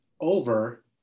over